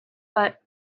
but